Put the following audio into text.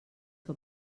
que